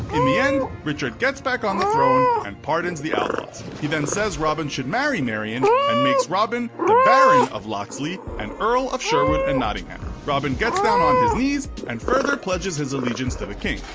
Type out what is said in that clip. in the end richard gets back on the throne and pardons the outlaws. he then says robin should marry marian and makes robin the baron of locksley and earl of sherwood and nottingham. robin gets down on his knees and further pledges his allegiance to the king.